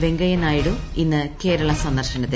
വെങ്കയ്യ നായിഡു ഇന്ന് കേരള സന്ദർശനത്തിൽ